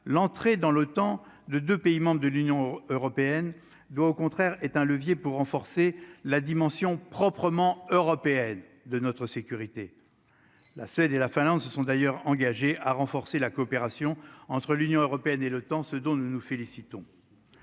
l'entrée dans l'OTAN de de pays membres de l'Union européenne doit au contraire être un levier pour renforcer la dimension proprement européenne de notre sécurité, la Suède et la Finlande, ce sont d'ailleurs engagés à renforcer la coopération entre l'Union européenne et l'OTAN, ce dont nous nous félicitons